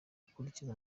gukurikiza